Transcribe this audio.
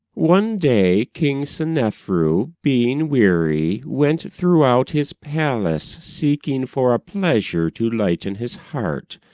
one day king seneferu, being weary, went throughout his palace seeking for a pleasure to lighten his heart,